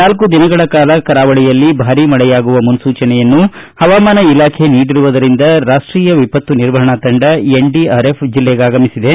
ನಾಲ್ಕು ದಿನಗಳ ಕಾಲ ಕರಾವಳಿಯಲ್ಲಿ ಭಾರೀ ಮಳೆಯಾಗುವ ಮುನ್ಲೂಚನೆಯನ್ನು ಹವಾಮಾನ ಇಲಾಖೆ ನೀಡಿರುವುದರಿಂದ ರಾಷ್ಷೀಯ ವಿಪತ್ತು ನಿರ್ವಹಣಾ ತಂಡ ಎನ್ಡಿಆರ್ಎಫ್ ಜಿಲ್ಲೆಗಾಗಮಿಸಿದೆ